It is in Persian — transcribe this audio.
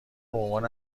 بعنوان